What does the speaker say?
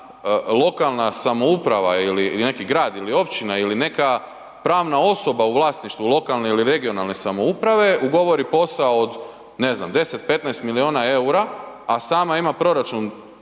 lokalna samouprava ili neki grad ili općina ili neka pravna osoba u vlasništvu lokalne ili regionalne samouprave ugovori posao od ne znam 10, 15 miliona EUR-a, a sama ima proračun